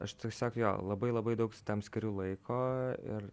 aš tiesiog jo labai labai daug tam skiriu laiko ir